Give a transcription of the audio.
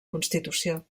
constitució